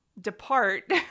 depart